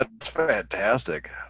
fantastic